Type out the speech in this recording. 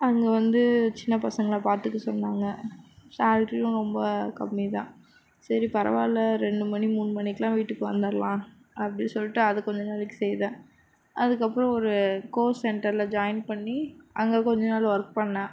அங்கே வந்து சின்ன பசங்களை பார்த்துக்க சொன்னாங்க சாலரியும் ரொம்ப கம்மிதான் சரி பரவாயில்ல ரெண்டு மணி மூணு மணிக்கல்லாம் வீட்டுக்கு வந்துடலாம் அப்படி சொல்லிட்டு அது கொஞ்சம் நாளைக்கு செய்தேன் அதுக்கப்புறம் ஒரு கோர்ஸ் சென்டரில் ஜாயின் பண்ணி அங்கே கொஞ்சம் நாள் வொர்க் பண்ணேன்